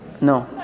No